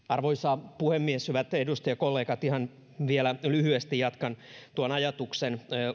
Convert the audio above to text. arvoisa puhemies hyvät edustajakollegat ihan vielä lyhyesti jatkan tuon ajatuksen